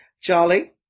Charlie